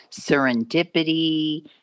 serendipity